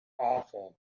Awful